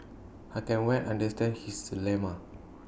I can well understand his dilemma